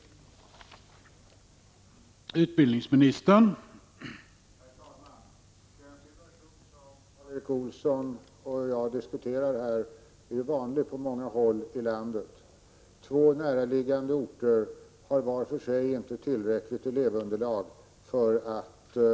f delen Blackeberg i Stockholm